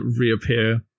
reappear